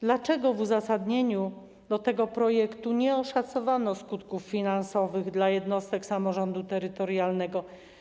Dlaczego w uzasadnieniu tego projektu ustawy nie oszacowano skutków finansowych dla jednostek samorządu terytorialnego?